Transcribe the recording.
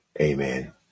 Amen